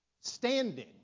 standing